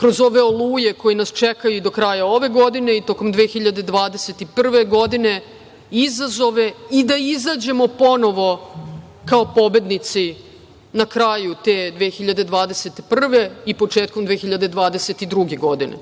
kroz ove oluje koje nas čekaju do kraja ove godine i tokom 2021. godine, izazove i da izađemo ponovo kao pobednici na kraju te 2021. i početkom 2022. godine.